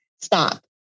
stop